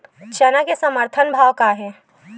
चना के समर्थन भाव का हे?